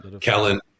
Kellen